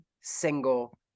single